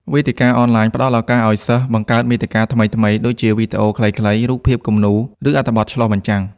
វេទិកាអនឡាញផ្ដល់ឱកាសឲ្យសិស្ស បង្កើតមាតិកាថ្មីៗ ដូចជាវីដេអូខ្លីៗ រូបភាពគំនូរ ឬអត្ថបទឆ្លុះបញ្ចាំង។